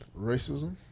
racism